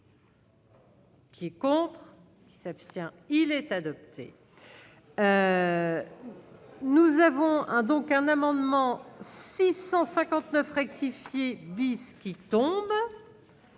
Quiconque. S'abstient, il est adopté. Nous avons un donc un amendement 659 rectifié bis qui tombe.